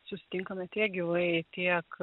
susitinkame tiek gyvai tiek